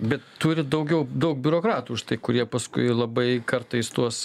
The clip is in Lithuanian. bet turi daugiau daug biurokratų už tai kurie paskui labai kartais tuos